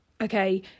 Okay